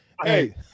Hey